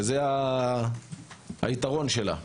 זה היתרון שלה.